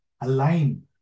align